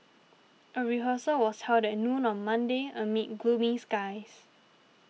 a rehearsal was held at noon on Monday amid gloomy skies